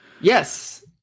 yes